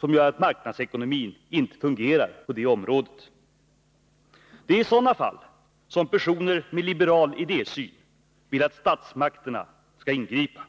och gör att marknadsekonomin inte fungerar på det område där de verkar. Det är i sådana fall som personer med liberal idésyn vill att statsmakterna skall ingripa.